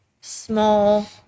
small